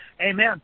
Amen